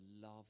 love